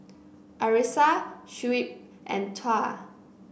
Arissa Shuib and Tuah